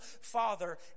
father